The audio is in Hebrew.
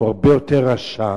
הוא הרבה יותר רשע.